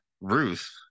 ruth